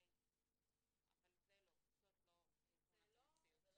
אבל זאת לא תמונת המציאות.